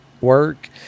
work